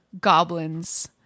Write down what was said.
goblins